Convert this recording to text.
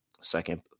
second